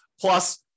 Plus